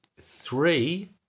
three